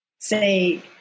say